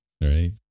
right